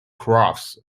crafts